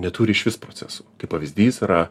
neturi išvis procesų kaip pavyzdys yra